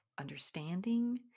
understanding